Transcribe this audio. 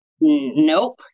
Nope